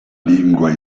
lingua